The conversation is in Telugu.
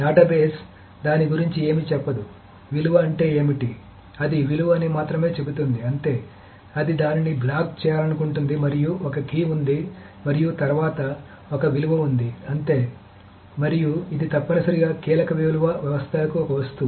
డేటాబేస్ దాని గురించి ఏమీ చెప్పదు విలువ అంటే ఏమిటి అది విలువ అని మాత్రమే చెబుతుంది అంతే అది దానిని బ్లాక్ చేయాలనుకుంటుంది మరియు ఒక కీ ఉంది మరియు తరువాత ఒక విలువ ఉంది అంతే మరియు ఇది తప్పనిసరిగా కీలక విలువ వ్యవస్థలకు ఒక వస్తువు